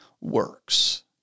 works